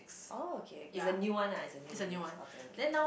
orh okay is a new one ah is a new release okay okay